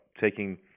taking